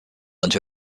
into